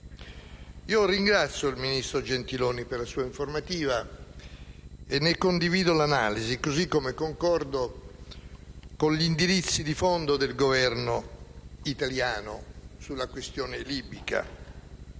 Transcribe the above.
Ringrazio il ministro Gentiloni per la sua informativa e ne condivido l'analisi. Concordo con gli indirizzi di fondo del Governo italiano sulla questione libica: